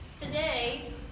Today